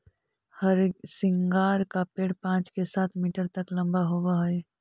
हरसिंगार का पेड़ पाँच से सात मीटर तक लंबा होवअ हई